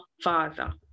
Father